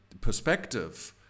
perspective